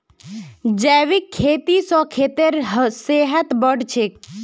जैविक खेती स खेतेर सेहत बढ़छेक